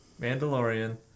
mandalorian